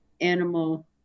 animal